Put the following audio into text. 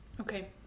Okay